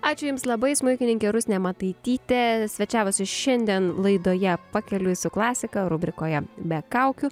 ačiū jiems labai smuikininkė rusnė mataitytė svečiavosi šiandien laidoje pakeliui su klasika rubrikoje be kaukių